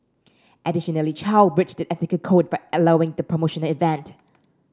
additionally Chow breached the ethical code by allowing the promotional event